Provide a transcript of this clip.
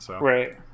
Right